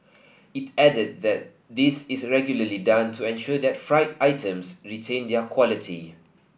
it added that this is regularly done to ensure that fried items retain their quality